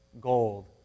gold